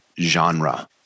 genre